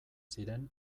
ziren